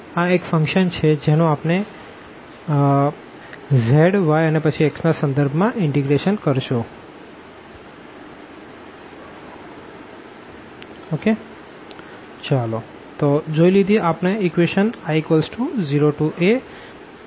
આ એક ફંક્શન છે જેનું આપને z y અને પછી x ના સંદર્ભમાં ઇન્ટીગ્રેશન કરશું